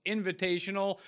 Invitational